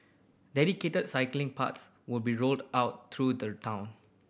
dedicated cycling path would be rolled out through the town